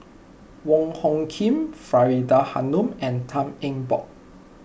Wong Hung Khim Faridah Hanum and Tan Eng Bock